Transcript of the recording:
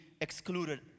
excluded